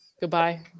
Goodbye